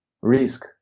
risk